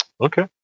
Okay